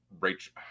Rachel